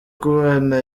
kubana